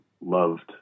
loved